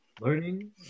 learning